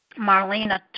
Marlena